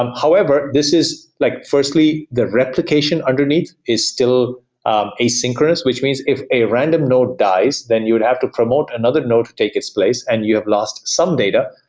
um however, this is like firstly, the replication underneath is still ah asynchronous, which means if a random node dies, then you'd have to promote another node to take its place and you have lost some data.